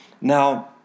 Now